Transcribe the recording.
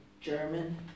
German